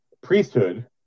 priesthood